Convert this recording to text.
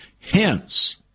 Hence